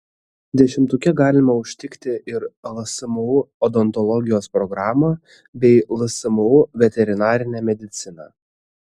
dešimtuke galima užtikti ir lsmu odontologijos programą bei lsmu veterinarinę mediciną